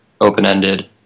open-ended